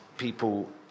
People